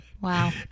Wow